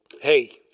hey